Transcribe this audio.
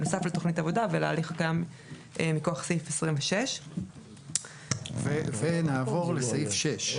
בנוסף לתכנית עבודה ולהליך הקיים מכוח סעיף 26. ונעבור לסעיף 6,